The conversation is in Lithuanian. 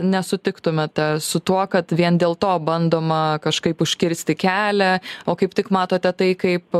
nesutiktumėte su tuo kad vien dėl to bandoma kažkaip užkirsti kelią o kaip tik matote tai kaip